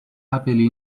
happily